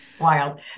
Wild